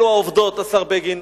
אלה העובדות, השר בגין.